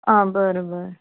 आ बरें बरें